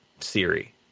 Siri